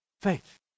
Faith